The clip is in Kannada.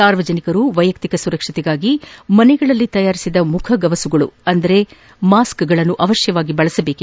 ಸಾರ್ವಜನಿಕರು ವ್ಯೆಯಕ್ತಿಕ ಸುರಕ್ಷತೆಗಾಗಿ ಮನೆಗಳಲ್ಲೇ ತಯಾರಿಸಿದ ಮುಖಗವಸುಗಳನ್ನು ಅಂದರೆ ಮಾಸ್ತ್ಗಳನ್ನು ಅವಶ್ಲವಾಗಿ ಬಳಸಬೇಕು